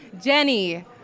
Jenny